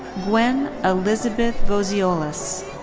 gwen elizabeth vozeolas.